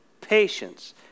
patience